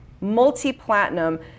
multi-platinum